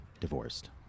divorced